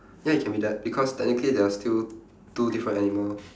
ya it can be that because technically they are still two different animal